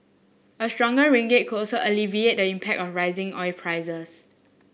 a stronger ringgit could also alleviate the impact of rising oil prices